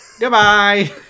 goodbye